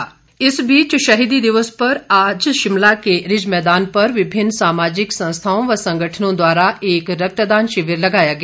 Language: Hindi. राज्यपाल इस बीच शहीदी दिवस पर आज शिमला के रिज मैदान पर विभिन्न सामाजिक संस्थाओं व संगठनों द्वारा एक रक्तदान शिविर लगाया गया